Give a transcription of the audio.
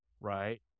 right